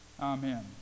Amen